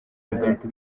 bigahita